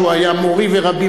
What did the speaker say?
שהוא היה מורי ורבי,